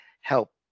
help